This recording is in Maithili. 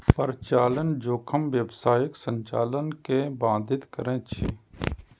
परिचालन जोखिम व्यावसायिक संचालन कें बाधित करै छै